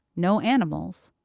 no animals,